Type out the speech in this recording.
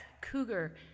cougar